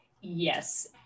Yes